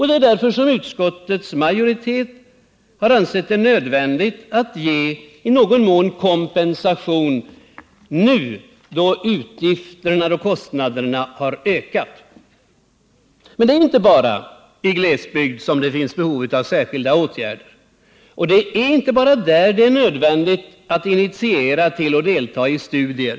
Det är därför utskottets majoritet har ansett det nödvändigt att i någon mån ge kompensation nu, då kostnaderna ökat. Men det är inte bara i glesbygd som det finns behov av särskilda åtgärder. Och det är inte bara där som det är nödvändigt att initiera till deltagande i studier.